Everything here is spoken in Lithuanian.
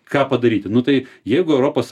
ką padaryti nu tai jeigu europos